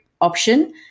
option